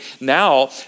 Now